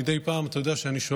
אתה יודע שמדי פעם אני שואל,